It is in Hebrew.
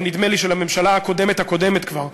נדמה לי של הממשלה הקודמת-הקודמת כבר,